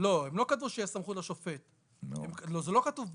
לא, הם לא כתבו שיש סמכות לשופט, זה לא כתוב בחוק,